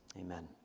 Amen